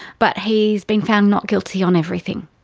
but he's been found not guilty on everything.